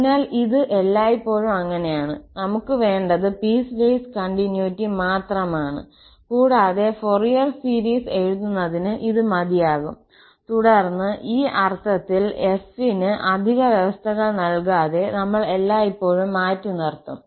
അതിനാൽ ഇത് എല്ലായ്പ്പോഴും അങ്ങനെയാണ് നമുക്ക് വേണ്ടത് പീസ്വേസ് കണ്ടിന്യൂറ്റി മാത്രമാണ് കൂടാതെ ഫൊറിയർ സീരീസ് എഴുതുന്നതിന് ഇത് മതിയാകും തുടർന്ന് ഈ അർത്ഥത്തിൽ f ന് അധിക വ്യവസ്ഥകൾ നൽകാതെ നമ്മൾ എല്ലായ്പ്പോഴും മാറ്റിനിർത്തും